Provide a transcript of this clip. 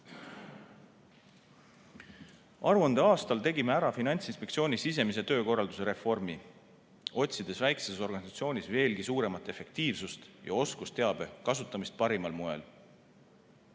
tegime ära Finantsinspektsiooni sisemise töökorralduse reformi, otsides väikeses organisatsioonis veelgi suuremat efektiivsust ja oskusteabe kasutamist parimal moel.